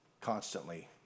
constantly